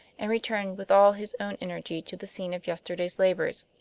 and returned with all his own energy to the scene of yesterday's labors.